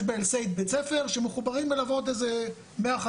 יש בכסייפה בית ספר שמחוברים אליו עוד איזה 150